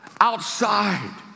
outside